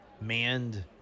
manned